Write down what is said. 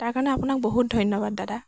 তাৰ কাৰণে আপোনাক বহুত ধন্যবাদ দাদা